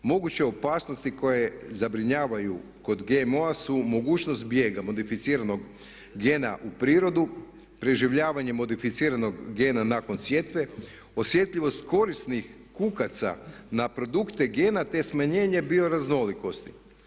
Moguće opasnosti koje zabrinjavaju kod GMO-a su mogućnost bijega modificiranog gena u prirodu, preživljavanje modificiranog gena nakon sjetve, osjetljivost korisnih kukaca na produkte gena te smanjenje bioraznolikosti.